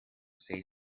say